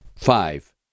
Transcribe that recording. Five